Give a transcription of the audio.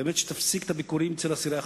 באמת שתפסיק את הביקורים אצל אסירי ה"חמאס",